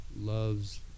loves